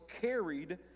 carried